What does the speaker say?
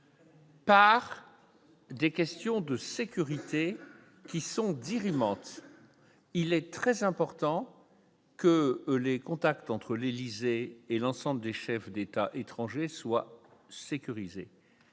Par des questions de sécurité qui sont dire ils mentent, il est très important que les contacts entre l'Élysée et l'ensemble des chefs d'État étrangers soient sécurisés,